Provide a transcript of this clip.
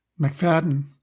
McFadden